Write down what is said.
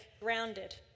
grounded